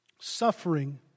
suffering